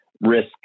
risk